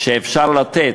שאפשר לתת.